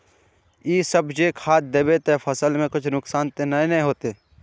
इ सब जे खाद दबे ते फसल में कुछ नुकसान ते नय ने होते